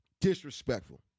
Disrespectful